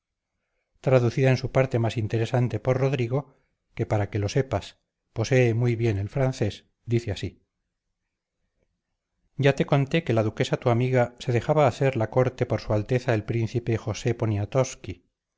traducida en su parte más interesante por rodrigo que para que lo sepas posee muy bien el francés dice así ya te conté que la duquesa tu amiga se dejaba hacer la corte por su alteza el príncipe josé